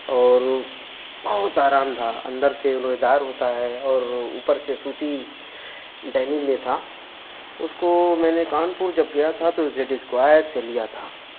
اور بہت آرام تھا اندر سے روئی دار ہوتا ہے اور اوپر سے سوتی ڈینم میں تھا اس کو میں نے کانپور جب گیا تھا تو زیڈ اسکوائر سے لیا تھا